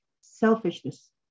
Selfishness